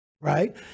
right